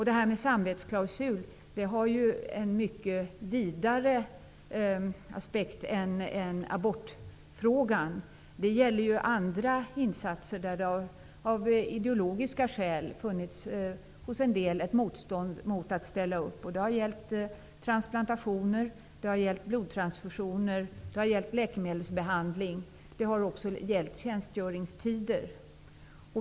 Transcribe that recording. Det här med samvetsklausul har en mycket vidare aspekt än abortfrågan. Det gäller andra insatser där det av ideologiska skäl hos en del har funnits ett motstånd mot att ställa upp. Det har gällt transplantationer, det har gällt blodtransfusioner, det har gällt läkemedelsbehandling. Det har också gällt tjänstgöringstider.